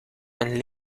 een